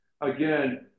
again